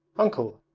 uncle,